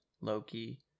Loki